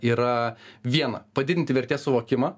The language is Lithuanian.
yra viena padidinti vertės suvokimą